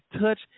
touch